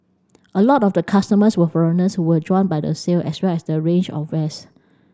a lot of the customers were foreigners who were drawn by the sale as well as the range of wares